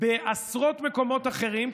בעשרות מקומות אחרים,